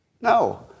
No